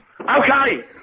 Okay